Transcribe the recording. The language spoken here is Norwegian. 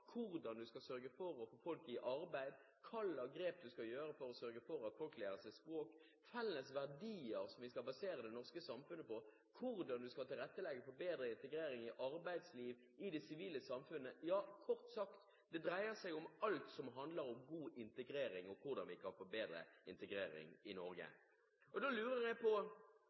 hvordan du skal sørge for å få folk i arbeid, hvilke grep du skal ta for å sørge for at folk lærer seg språk, felles verdier som vi skal basere det norske samfunnet på, til hvordan du skal tilrettelegge for bedre integrering i arbeidslivet og i det sivile samfunnet. Kort sagt: Det dreier seg om alt som handler om god integrering og hvordan vi kan få bedre integrering i Norge. Da lurer jeg på,